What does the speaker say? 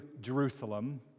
Jerusalem